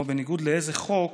בניגוד לאיזה חוק